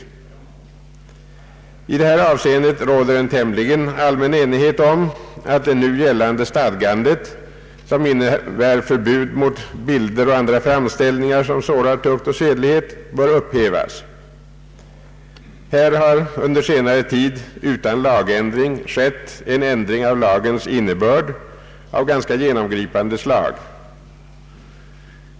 I det här avseendet råder en tämligen allmän enighet om att det nu gällande stadgandet, som innebär förbud mot bilder och andra framställningar som sårar tukt och sedlighet, bör upphävas. Här har under senare tid utan lagändring skett en ändring av lagens innebörd av ganska genomgripande slag.